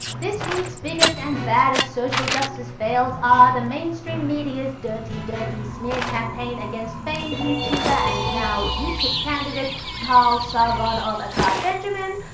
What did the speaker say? this week's biggest and baddest social justice fails are the mainstream media's dirty dirty smear campaign against famed youtuber and now ukip candidate carl sargon of akkad benjamin,